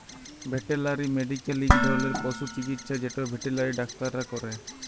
veterinary medical ইক ধরলের পশু চিকিচ্ছা যেট ভেটেলারি ডাক্তাররা ক্যরে